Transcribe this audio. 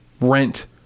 rent